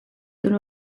tonu